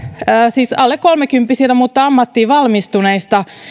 alle kolmekymppisistä mutta ammattiin valmistuneista